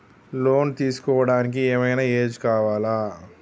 Loan తీస్కోవడానికి ఏం ఐనా ఏజ్ కావాలా?